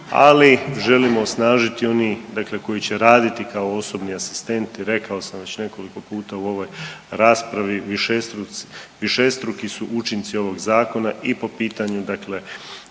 ali želimo osnažiti i oni dakle koji će raditi kao osobni asistenti, rekao sam već nekoliko puta u ovoj raspravi višestruki su učinci ovog zakona i po pitanju dakle